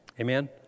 Amen